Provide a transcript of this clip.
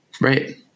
Right